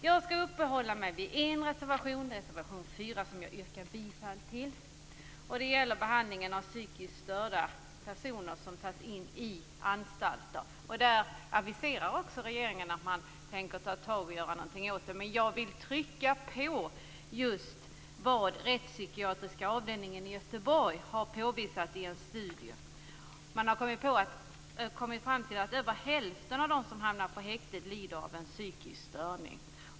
Jag skall uppehålla mig vid en reservation, nr 4, som jag yrkar bifall till. Den gäller behandlingen av psykiskt störda personer som tas in på anstalter. Där aviserar också regeringen att man tänker ta tag i problemet och göra någonting åt det. Men jag vill trycka på just det som rättspsykiatriska avdelningen i Göteborg har påvisat i en studie. Man har kommit fram till att över hälften av dem som hamnar på häktet lider av en psykisk störning.